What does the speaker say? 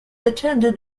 attended